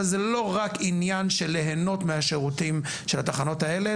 אבל זה לא רק עניין של ליהנות מהשירותים של התחנות האלה,